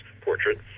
portrait